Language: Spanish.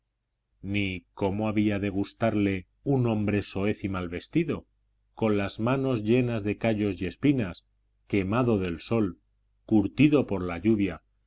ni cómo había de gustarle un hombre soez y mal vestido con las manos llenas de callos y espinas quemado del sol curtido por la lluvia